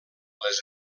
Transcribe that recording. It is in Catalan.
les